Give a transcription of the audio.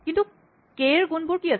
কিন্তু কে ৰ গুণবোৰ কি আছিল